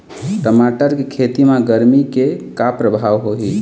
टमाटर के खेती म गरमी के का परभाव होही?